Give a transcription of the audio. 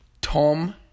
Tom